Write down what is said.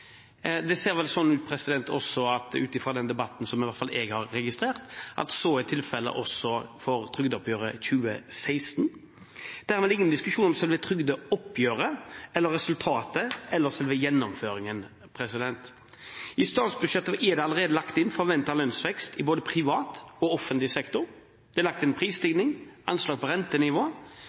Det ser vel ut til – ut fra den debatten som iallfall jeg har registrert – at så er tilfellet også for trygdeoppgjøret 2016. Dermed er det ingen diskusjon om selve trygdeoppgjøret, om resultatet eller om selve gjennomføringen. I statsbudsjettet er det allerede lagt inn forventet lønnsvekst i både privat og offentlig sektor. Det er lagt inn prisstigning og anslag for rentenivå.